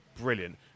brilliant